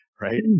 right